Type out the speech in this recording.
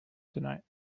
tonight